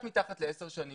מתחת לעשר שנים.